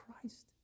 Christ